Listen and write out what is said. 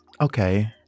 Okay